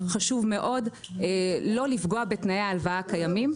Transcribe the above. חשוב מאוד לא לפגוע בתנאי ההלוואה הקיימים.